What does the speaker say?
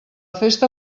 festa